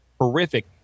horrific